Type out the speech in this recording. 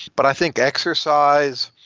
but i think exercise,